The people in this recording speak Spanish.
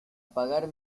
pagar